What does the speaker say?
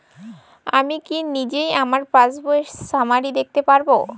আমি কি নিজেই আমার পাসবইয়ের সামারি দেখতে পারব?